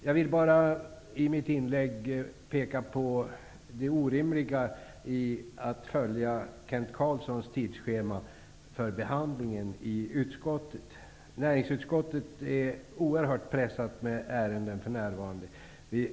Jag vill bara i mitt inlägg peka på det orimliga i att följa Kent Carlssons tidsschema för behandlingen i utskottet. Näringsutskottet är oerhört pressat med ärenden för närvarande.